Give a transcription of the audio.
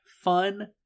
fun